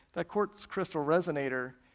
that quartz crystal resonator,